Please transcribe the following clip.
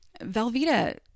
Velveeta